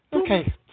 Okay